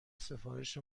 سفارش